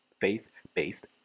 faith-based